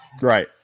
Right